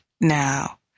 now